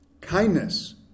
Kindness